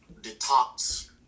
detox